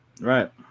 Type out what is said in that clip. right